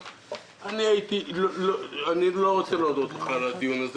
אני לא רוצה להודות לך על הדיון הזה.